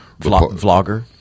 Vlogger